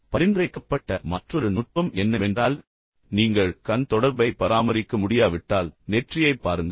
பரிந்துரைக்கப்பட்ட மற்றொரு நுட்பம் என்னவென்றால் நீங்கள் கண் தொடர்பை பராமரிக்க முடியாவிட்டால் நெற்றியைப் பாருங்கள்